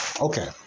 Okay